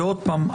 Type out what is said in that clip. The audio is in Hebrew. עוד פעם,